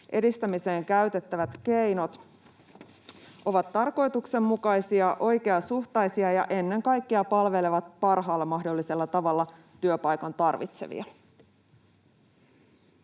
edistämiseen käytettävät keinot ovat tarkoituksenmukaisia ja oikeasuhtaisia ja ennen kaikkea palvelevat parhaalla mahdollisella tavalla työpaikan tarvitsevia.